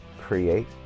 create